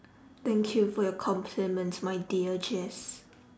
thank you for your compliments my dear jace